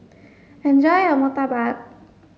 enjoy your Murtabak